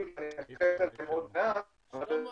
--- שלמה, אנחנו לא שומעים אותך.